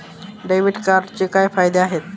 Debit कार्डचे काय फायदे आहेत?